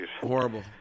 horrible